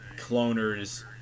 cloners